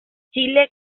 chile